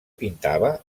pintava